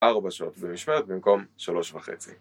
ארבע שעות זה משמרת, במקום שלוש וחצי.